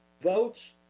votes